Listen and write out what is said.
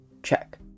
check